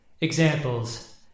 examples